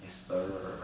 yes sir